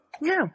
No